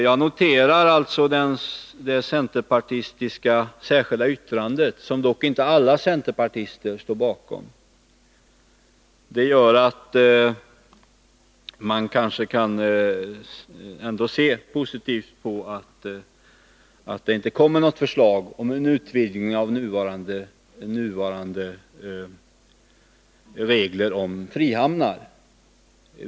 Jag noterar alltså det centerpartistiska särskilda yttrandet, som dock inte alla centerpartister står bakom. Det gör att man kanske ändå kan vänta sig en positiv utveckling och att det inte kommer något förslag om en utvidgning av nuvarande regler om frihamnar.